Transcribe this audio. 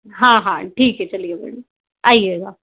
हाँ हाँ ठीक है चलिए बढिए आइयेगा